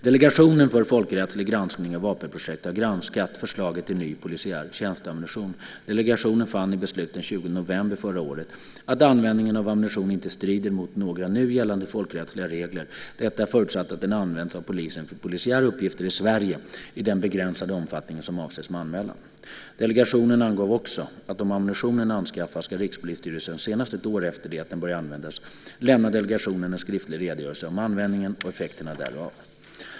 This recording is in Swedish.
Delegationen för folkrättslig granskning av vapenprojekt har granskat förslaget till ny polisiär tjänsteammunition. Delegationen fann i beslut den 20 november förra året att användningen av ammunitionen inte strider mot några nu gällande folkrättsliga regler, detta förutsatt att den används av polisen för polisiära uppgifter i Sverige i den begränsade omfattning som avses med anmälan. Delegationen angav också att om ammunitionen anskaffas ska Rikspolisstyrelsen senast ett år efter det att den börjar användas lämna delegationen en skriftlig redogörelse om användningen och effekterna därav.